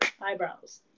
eyebrows